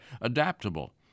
adaptable